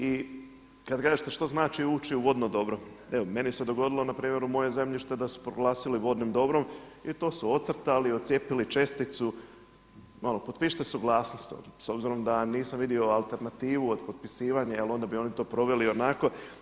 I kad kažete što znači ući u vodno dobro, evo meni se dogodilo na primjer u mojoj zemlji da su proglasili vodnim dobrom i to su ocrtali, otcijepili česticu, malo potpišite suglasnost ovdje s obzirom da nisam vidio alternativnu od potpisivanja jer onda bi oni to proveli ionako.